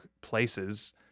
places